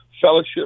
fellowship